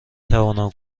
توانم